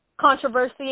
Controversy